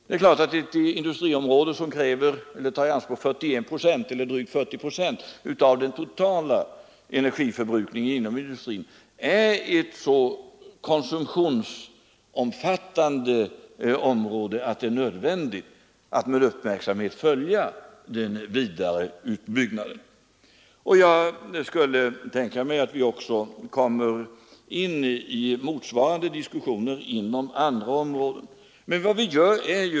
Det är klart att ett industriområde som tar i anspråk drygt 40 procent av den totala energiförbrukningen inom industrin är ett så konsumtionsomfattande område att det är nödvändigt att med uppmärksamhet följa den vidare utbyggnaden av det. Jag kan tänka mig att vi kommer att få föra motsvarande diskussioner på andra områden.